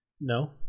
No